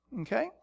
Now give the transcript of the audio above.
Okay